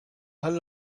hull